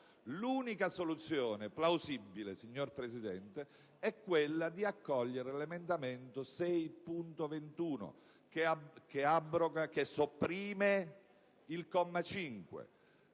L'unica soluzione plausibile, signor Presidente, è quella di accogliere l'emendamento 6.21, che sopprime il comma 5